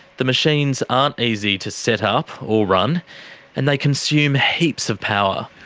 the machines aren't easy to set up or run and they consume heaps of power.